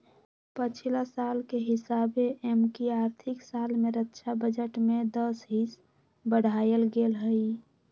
पछिला साल के हिसाबे एमकि आर्थिक साल में रक्षा बजट में दस हिस बढ़ायल गेल हइ